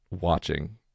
Watching